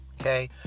Okay